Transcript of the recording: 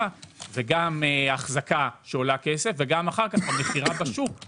נדרשת גם אחזקה שעולה כסף וגם אחר כך המכירה בשוק אל